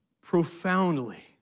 profoundly